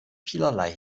vielerlei